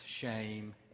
shame